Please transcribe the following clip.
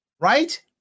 Right